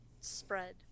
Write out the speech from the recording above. spread